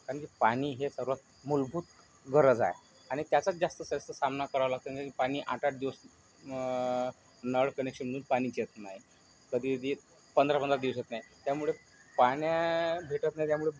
कारण की पाणी हे सर्वात मूलभूत गरज आहे आणि त्याचाच जास्तीतजास्त सामना करावा लागतो आणि पाणी आठ आठ दिवस नळ कनेक्शनमधून पाणीच येत नाही कधी कधी पंधरा पंधरा दिवस येत नाही त्यामुळं पाणी भेटत नाही त्यामुळं